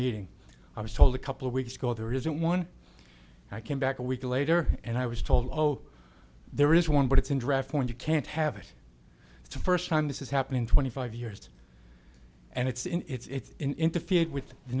meeting i was told a couple of weeks ago there isn't one i came back a week later and i was told there is one but it's in draft form you can't have it it's the first time this is happening twenty five years and it's interfered with the